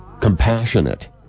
compassionate